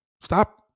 Stop